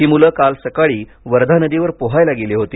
ही मुलं काल सकाळी वर्धा नदीवर पोहायला गेली होती